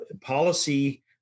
Policy